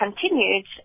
continued